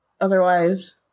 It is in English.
Otherwise